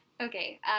Okay